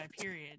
period